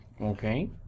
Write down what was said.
okay